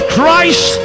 Christ